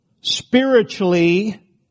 Spiritually